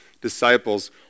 disciples